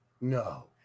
No